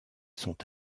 sont